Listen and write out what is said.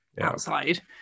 outside